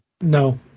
No